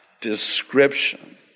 description